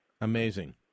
Amazing